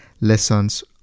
lessons